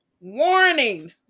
warning